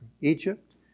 Egypt